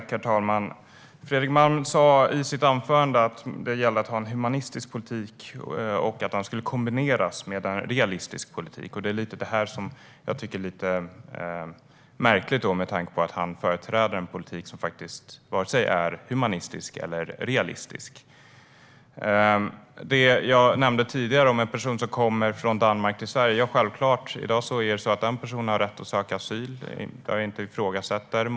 Herr talman! Fredrik Malm sa i sitt anförande att det gäller att ha en humanistisk politik och att den ska kombineras med en realistisk politik. Detta tycker jag är lite märkligt med tanke på att han företräder en politik som varken är humanistisk eller realistisk. När det gäller det jag nämnde tidigare om en person som kommer från Danmark till Sverige har den personen självfallet rätt att söka asyl i dag. Det ifrågasätter jag inte.